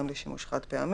אישור "תו ירוק",